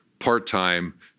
part-time